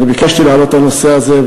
אני ביקשתי להעלות את הנושא הזה,